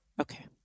Okay